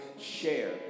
Share